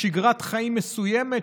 לשגרת חיים מסוימת,